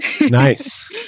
Nice